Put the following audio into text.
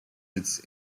its